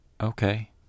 Okay